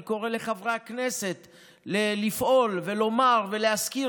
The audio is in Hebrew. אני קורא לחברי הכנסת לפעול ולומר ולהזכיר